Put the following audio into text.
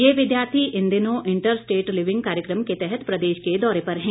ये विद्यार्थी इन दिनों इंटर स्टेट लिविंग कार्यक्रम के तहत प्रदेश के दौरे पर हैं